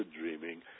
dreaming